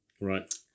Right